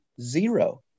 Zero